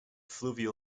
fluvial